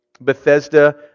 Bethesda